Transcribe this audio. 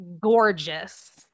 gorgeous